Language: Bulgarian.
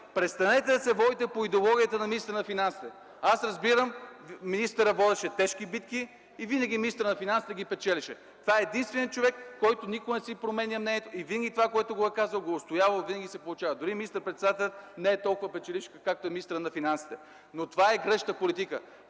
Престанете да се водите по идеологията на министъра на финансите. Аз разбирам, министърът водеше тежки битки, и винаги министърът на финансите ги печелеше. Това е единственият човек, който никога не си променя мнението и винаги е отстоявал това, което е казал, винаги се е получавало. Дори и министър-председателят не е толкова печеливш, както е министърът на финансите. Но това е грешна политика.